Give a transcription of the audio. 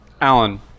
Alan